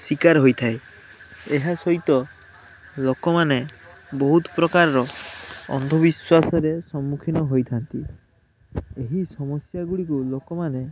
ଶିକାର ହୋଇଥାଏ ଏହା ସହିତ ଲୋକମାନେ ବହୁତ ପ୍ରକାରର ଅନ୍ଧବିଶ୍ୱାସରେ ସମ୍ମୁଖୀନ ହୋଇଥାନ୍ତି ଏହି ସମସ୍ୟାଗୁଡ଼ିକୁ ଲୋକମାନେ